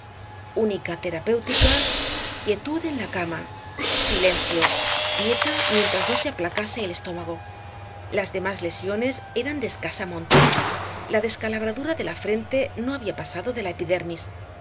unica terapéutica quietud en la cama silencio dieta mientras no se aplacase el estómago las demás lesiones eran de escasa monta la descalabradura de la frente no había pasado de la epidermis